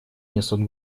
несут